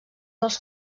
dels